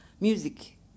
music